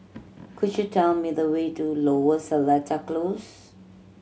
could you tell me the way to Lower Seletar Close